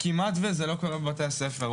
כמעט זה לא קורה בבתי הספר.